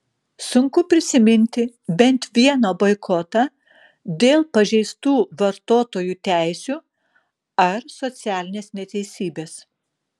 sunku prisiminti bent vieną boikotą dėl pažeistų vartotojų teisių ar socialinės neteisybės